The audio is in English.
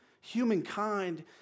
humankind